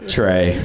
Trey